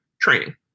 training